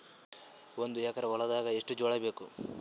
ಒಂದು ಎಕರ ಹೊಲದಾಗ ಎಷ್ಟು ಜೋಳಾಬೇಕು?